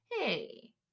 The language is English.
Hey